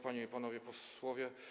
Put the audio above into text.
Panie i Panowie Posłowie!